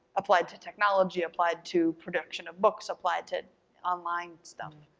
applied to technology, applied to production of books, applied to online stuff.